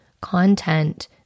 content